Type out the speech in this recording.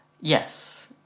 Yes